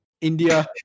India